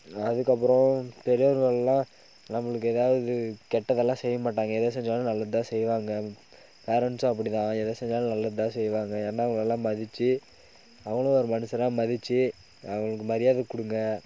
அதுக்கப்பறம் பெரியோர்கள்லாம் நம்மளுக்கு எதாவது கெட்டதெல்லாம் செய்ய மாட்டாங்க எது செஞ்சாலும் நல்லதுதான் செய்வாங்க பேரன்ட்ஸும் அப்படி தான் எதை செஞ்சாலும் நல்லதுதான் செய்வாங்க ஏன்னா அவங்கள்லாம் மதித்து அவங்களும் ஒரு மனுஷனாக மதித்து அவங்களுக்கு மரியாதை கொடுங்க